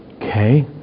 Okay